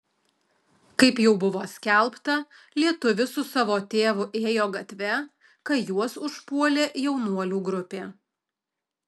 kaip jau buvo skelbta lietuvis su savo tėvu ėjo gatve kai juos užpuolė jaunuolių grupė